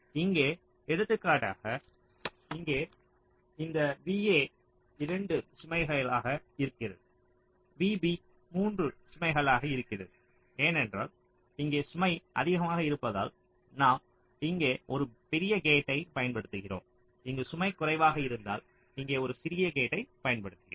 இங்கே எடுத்துக்காட்டாக இங்கே இந்த VA 2 சுமைகளாக இருக்கிறது VB 3 சுமைகளாக இருக்கிறது ஏனென்றால் இங்கே சுமை அதிகமாக இருப்பதால் நாம் இங்கே ஒரு பெரிய கேட்டை பயன்படுத்துகிறோம் இங்கு சுமை குறைவாக இருப்பதால் இங்கே ஒரு சிறிய கேட்டை பயன்படுத்துகிறோம்